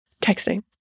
Texting